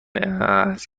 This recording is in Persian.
است